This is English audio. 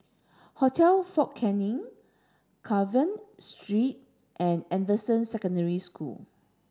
Hotel Fort Canning Carver Street and Anderson Secondary School